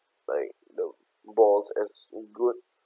like the balls as good